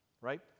right